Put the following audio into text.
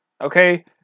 Okay